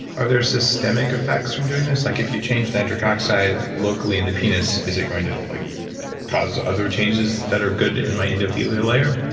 are there systemic effects from doing this? like, if you changed nitric oxide locally in the penis, is it going to like cause other changes that are good in my endothelial layer?